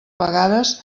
pagades